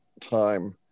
time